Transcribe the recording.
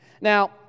Now